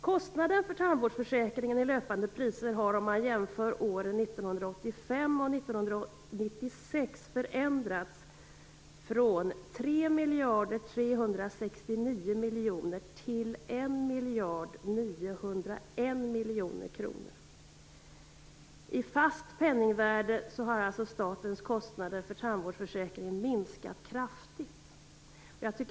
Kostnaden för tandvårdsförsäkringen i löpande priser har, om man jämför åren 1985 och 1996, förändrats - från 3 369 miljoner kronor till 1 901 miljoner kronor. I fast penningvärde har alltså statens kostnader för tandvårdsförsäkringen minskat kraftigt.